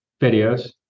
videos